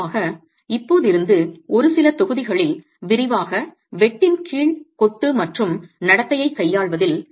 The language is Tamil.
முடிவாக இப்போதிருந்து ஒரு சில தொகுதிகளில் விரிவாக வெட்டின்கீழ் கொத்து மற்றும் நடத்தையை கையாள்வதில்